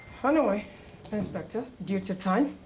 anyway and inspector, due to time